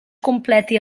completi